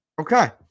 Okay